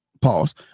Pause